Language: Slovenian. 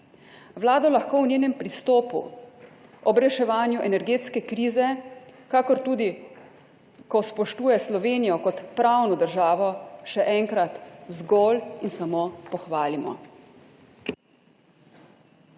Vlada lahko v njenem pristopu ob reševanju energetske krize, kakor tudi, ko spoštuje Slovenijo kot pravno državo, še enkrat zgolj in samo pohvalimo.